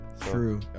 True